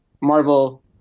Marvel